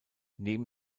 neben